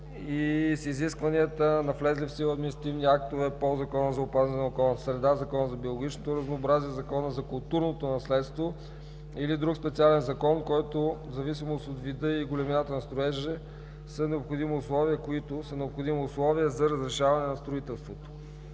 и с изискванията на влезли в сила административни актове по Закона за опазване на околната среда, Закона за биологичното разнообразие, Закона за културното наследство или друг специален закон, които в зависимост от вида и големината на строежа са необходимо условие за разрешаване на строителството.“